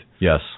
Yes